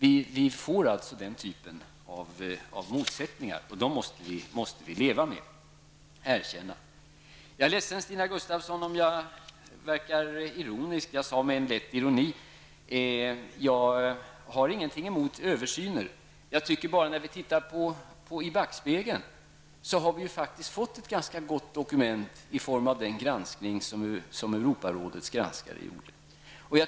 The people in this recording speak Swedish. Det blir alltså den här typen av motsättningar som vi måste leva med och erkänna. Jag är ledsen, Stina Gustavsson, om jag verkade ironisk när jag uttalade mig med en lätt ironi. Jag har ingenting emot översyner. Men när vi tittar i backspegeln har vi fått ett ganska gott dokument i form av den granskning som utfördes i Europarådets regi.